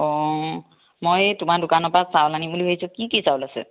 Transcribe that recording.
অঁ মই এই তোমাৰ দোকানৰ পৰা চাউল আনিম বুলি ভাবিছোঁ কি কি চাউল আছে